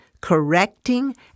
correcting